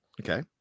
Okay